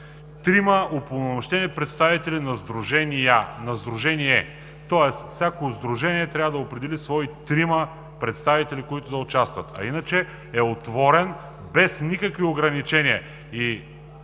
Трима упълномощени представители на сдружение, тоест всяко сдружение трябва да определи трима свои представители, които да участват, а иначе е отворен без никакви ограничения.